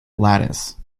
lattice